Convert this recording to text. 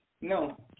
No